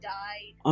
died